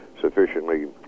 sufficiently